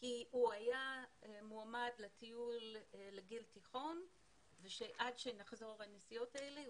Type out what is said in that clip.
כי הוא היה מועמד לטיול בגיל תיכון ועד שנחזור לנסיעות האלה,